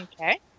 Okay